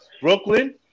Brooklyn